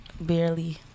Barely